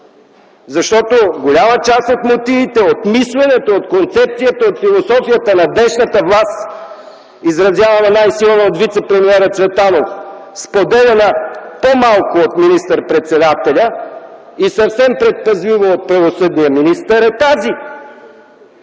защото голяма част от мотивите, от мисленето, от концепцията, от философията на днешната власт, изразявана най-силно от вицепремиера Цветанов, споделяна по-малко от министър-председателя и съвсем предпазливо от правосъдния министър, е тази.